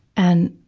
and,